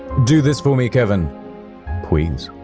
do this for me, kevin pwease.